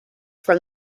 from